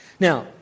Now